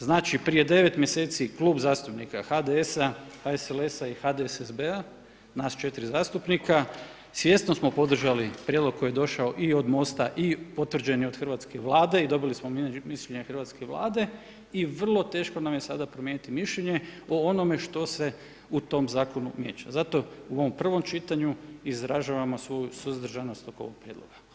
Znači, prije 9 mjeseci Klub zastupnika HDS-a HSLS-a i HDSSB-a nas četiri zastupnika svjesno smo podržali prijedlog koji je došao i od Mosta i potvrđen je od hrvatske Vlade i dobili smo mišljenje Hrvatske Vlade i vrlo teško nam je sada promijeniti mišljenje o onome što se u tom zakonu … [[ne razumije se]] Zato u ovom prvom čitanju izražavamo svoju suzdržanost oko ovoga prijedloga.